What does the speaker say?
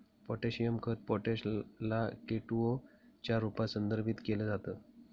potassium खत potash ला K two O च्या रूपात संदर्भित केल जात